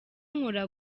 nkora